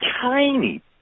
tiny